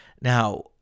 Now